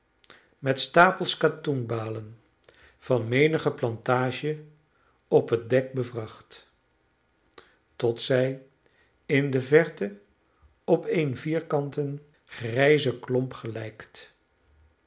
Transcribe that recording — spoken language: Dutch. met stapels katoenbalen van menige plantage op het dek bevracht tot zij in de verte op een vierkanten grijzen klomp